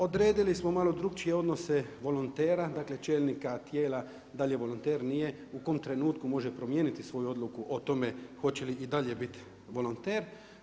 Odredili smo malo drukčije odnose volontera, dakle čelnika tijela da li je volonter, nije, u kom trenutku može promijeniti svoju odluku o tome hoće li i dalje biti volonter.